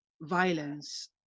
violence